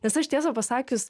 nes aš tiesą pasakius